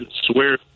swear